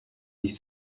dix